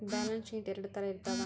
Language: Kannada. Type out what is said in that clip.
ಬ್ಯಾಲನ್ಸ್ ಶೀಟ್ ಎರಡ್ ತರ ಇರ್ತವ